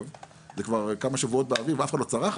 זה כבר כמה שבועות באוויר ואף אחד לא צרך,